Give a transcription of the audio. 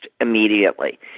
immediately